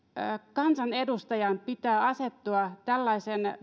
kansanedustajan pitää asettua tällaisen